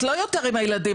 את לא יותר עם הילדים.